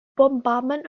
bombardment